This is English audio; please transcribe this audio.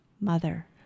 mother